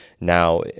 now